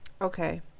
Okay